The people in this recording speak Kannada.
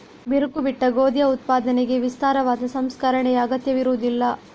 ಬಿರುಕು ಬಿಟ್ಟ ಗೋಧಿಯ ಉತ್ಪಾದನೆಗೆ ವಿಸ್ತಾರವಾದ ಸಂಸ್ಕರಣೆಯ ಅಗತ್ಯವಿರುವುದಿಲ್ಲ